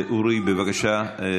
אורי, בבקשה.